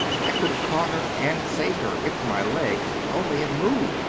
i could have caught her and saved her if my legs would only have moved.